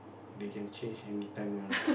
they can change anytime one ah